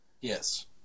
Yes